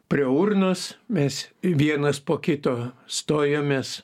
prie urnos mes vienas po kito stojomės